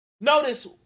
Notice